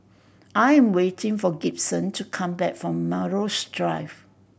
I am waiting for Gibson to come back from Melrose Drive